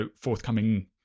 forthcoming